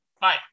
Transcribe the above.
bye